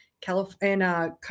california